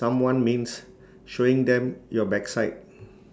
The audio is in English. someone means showing them your backside